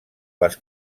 les